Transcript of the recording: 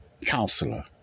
Counselor